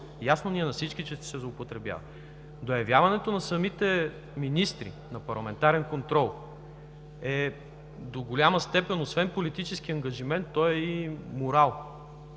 Ясно ни е на всички, че се злоупотребява – до явяването на самите министри на парламентарен контрол, до голяма степен е освен политически ангажимент то е и морал,